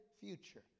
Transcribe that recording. future